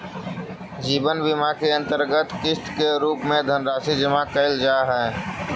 जीवन बीमा के अंतर्गत किस्त के रूप में धनराशि जमा कैल जा हई